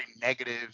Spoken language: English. negative